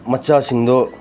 ꯃꯆꯥꯁꯤꯡꯗꯣ